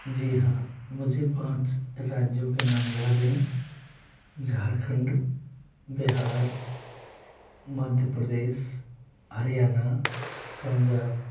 जी हाँ मुझे पाँच राज्यों के नाम याद हैं झारखंड बिहार मध्य प्रदेश हरियाणा पंजाब